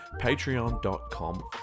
Patreon.com